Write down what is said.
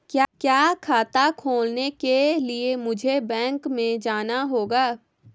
क्या खाता खोलने के लिए मुझे बैंक में जाना होगा?